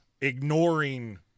ignoring